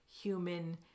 human